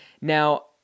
Now